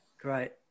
Great